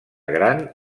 gran